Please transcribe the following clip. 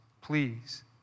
please